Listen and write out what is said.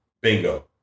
Bingo